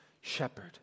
shepherd